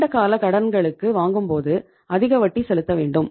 நீண்டகால கடன்களுக்கு வாங்கும்போது அதிக வட்டி செலுத்த வேண்டும்